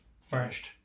finished